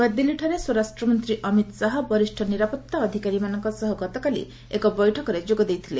ନୂଆଦିଲ୍ଲୀଠାରେ ସ୍ୱରାଷ୍ଟ୍ରମନ୍ତ୍ରୀ ଅମିତ ଶାହା ବରିଷ୍ଠ ନିରାପତ୍ତା ଅଧିକାରୀମାନଙ୍କ ସହ ଗତକାଲି ଏକ ବୈଠକରେ ଯୋଗ ଦେଇଥିଲେ